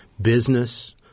business